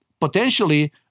potentially